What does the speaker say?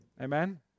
Amen